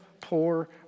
poor